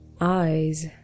Eyes